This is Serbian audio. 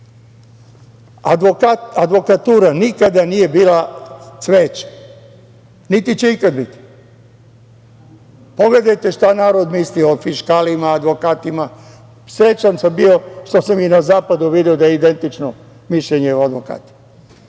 prava. Advokatura nikada nije bila cveće, niti će ikad biti. Pogledajte šta narod misli o fiškalima, advokatima. Srećan sam bio što sam i na zapadu video da je identično mišljenje o advokatima.